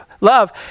love